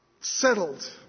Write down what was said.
settled